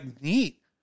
neat